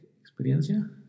experiencia